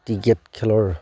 cricket খেলৰ